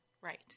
Right